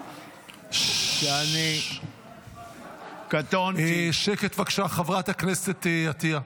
שאני קטונתי --- שקט, בבקשה, חברת הכנסת עטייה.